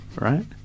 Right